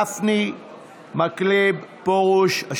מכלוף מיקי זוהר,